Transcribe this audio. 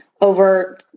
over